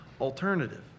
alternative